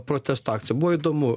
protesto akciją buvo įdomu